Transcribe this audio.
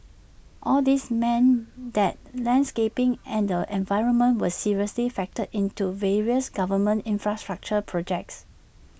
all these meant that landscaping and the environment were seriously factored into various government infrastructural projects